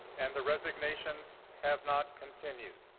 and the resignations have not continued.